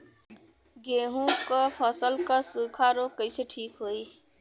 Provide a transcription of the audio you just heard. गेहूँक फसल क सूखा ऱोग कईसे ठीक होई?